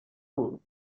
بود